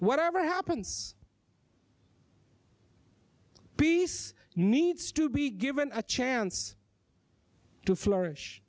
whatever happens peace needs to be given a chance to flourish